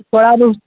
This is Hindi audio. करा दो